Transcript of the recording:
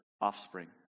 offspring